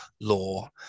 law